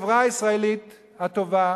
החברה הישראלית הטובה,